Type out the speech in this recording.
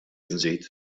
nżid